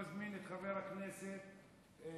אני מזמין את חבר הכנסת מרגי,